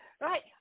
Right